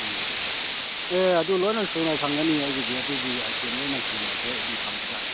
ꯎꯝ ꯑꯦ ꯑꯗꯨ ꯂꯣꯏꯅ ꯁꯨꯅ ꯐꯪꯒꯅꯤ ꯑꯩꯒꯤꯗꯤ ꯑꯗꯨꯒꯤ ꯑꯥꯏꯇꯦꯝ ꯂꯣꯏꯅ ꯁꯨꯅ ꯍꯥꯏꯐꯦꯠ ꯑꯗꯨꯃ ꯊꯝꯕꯖꯥꯠꯅꯤ